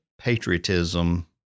patriotism